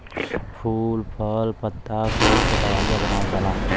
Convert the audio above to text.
फल फूल पत्ता कुल के दवाई बनावल जाला